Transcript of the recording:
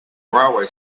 railway